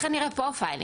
ככה נראה פרופיילינג.